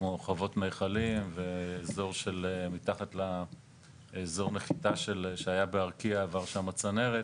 כמו חוות מיכלים והאזור שמתחת לאזור הנחיתה שהיה בארקיע שעברה שם צנרת.